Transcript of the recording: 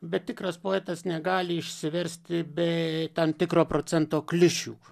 bet tikras poetas negali išsiversti be tam tikro procento klišių